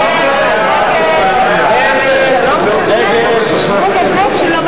סעיף 1, כהצעת